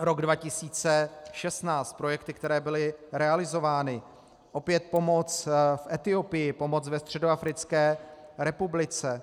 Rok 2016 projekty, které byly realizovány: Opět pomoc v Etiopii, pomoc ve Středoafrické republice.